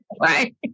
Right